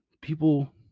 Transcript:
people